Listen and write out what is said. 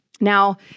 Now